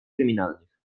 kryminalnych